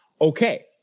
okay